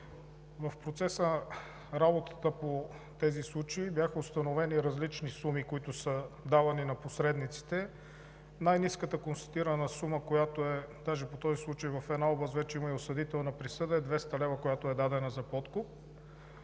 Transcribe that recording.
В процеса на работата по тези случаи бяха установени различни суми, които са давани на посредниците. Най ниската констатирана сума – даже по този случай в една област вече има и осъдителна присъда, е 200 лв., която е дадена за подкуп.